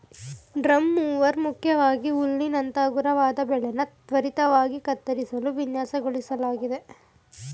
drum mower ಮುಖ್ಯವಾಗಿ ಹುಲ್ಲಿನಂತ ಹಗುರವಾದ ಬೆಳೆನ ತ್ವರಿತವಾಗಿ ಕತ್ತರಿಸಲು ವಿನ್ಯಾಸಗೊಳಿಸ್ಲಾಗಿದೆ